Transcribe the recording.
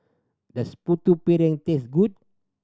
does Putu Piring taste good